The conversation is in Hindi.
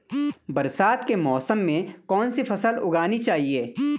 बरसात के मौसम में कौन सी फसल उगानी चाहिए?